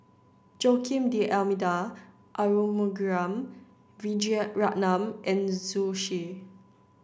Joaquim D'almeida Arumugam Vijiaratnam and Zhu Xu